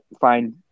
find